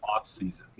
offseason